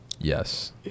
Yes